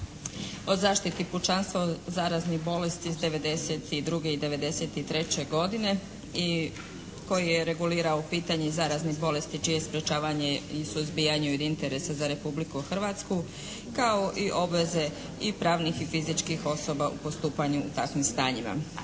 o zaštiti pučanstva od zaraznih bolesti iz 92. i 93. godine i koji je regulirao pitanje zaraznih bolesti čije sprječavanje i suzbijanje je od interesa za Republiku Hrvatsku kao i obveze i pravnih i fizičkih osoba u postupanju takvim stanjima.